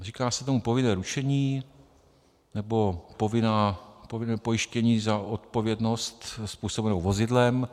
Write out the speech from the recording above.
Říká se tomu povinné ručení, nebo povinné pojištění za odpovědnost způsobenou vozidlem.